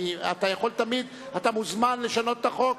אתה יכול תמיד ומוזמן לשנות את החוק.